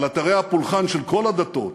על אתרי הפולחן של כל הדתות.